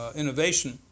innovation